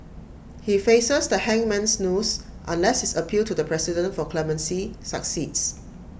he faces the hangman's noose unless his appeal to the president for clemency succeeds